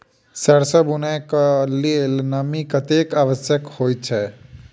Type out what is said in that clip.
सैरसो बुनय कऽ लेल नमी कतेक आवश्यक होइ छै?